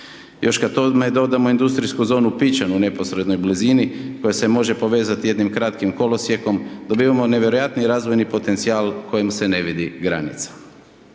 Još kada tome dodamo indoarijsku zonu Pičen u neposrednoj blizini, koja se može povezati jednim kratkim kolosijekom dobivamo nevjerojatni razvojni potencijal kojim se ne vidi granica.